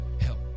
help